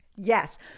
Yes